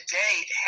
date